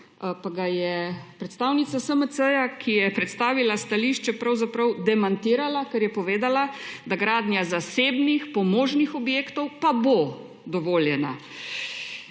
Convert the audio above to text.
Pa ga je predstavnica SMC, ki je predstavila stališče, pravzaprav demantirala, ker je povedala, da gradnja zasebnih pomožnih objektov pa bo dovoljena.